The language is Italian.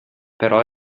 però